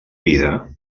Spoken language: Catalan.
vida